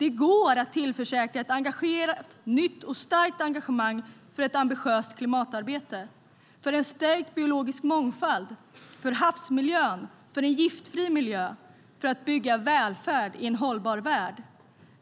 Det går att tillförsäkra ett starkt, nytt och stort engagemang för ett ambitiöst klimatarbete, för en stärkt biologisk mångfald, för havsmiljö och för giftfri miljö och för att bygga välfärd i en hållbar värld.